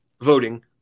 voting